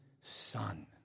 Son